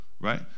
right